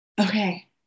okay